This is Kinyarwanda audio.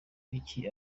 iki